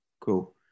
Cool